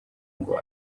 ngo